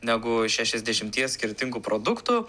negu šešiasdešimties skirtingų produktų